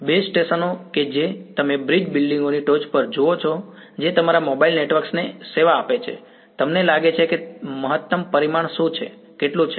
base સ્ટેશનો કે જે તમે બ્રિજ બિલ્ડીંગોની ટોચ પર જુઓ છો જે તમારા મોબાઇલ નેટવર્કને સેવા આપે છે તમને લાગે છે કે મહત્તમ પરિમાણ શું છે કેટલું છે